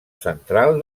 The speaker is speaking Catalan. central